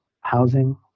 housing